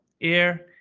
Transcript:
air